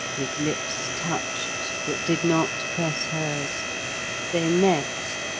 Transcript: his lips touched but did not press hers they met,